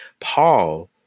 Paul